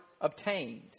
obtained